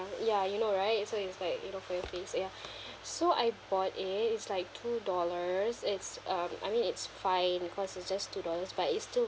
ya you know right so it's like you know for your face ya so I bought it it's like two dollars it's um I mean it's fine cause it's just two dollars but it's still